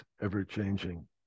ever-changing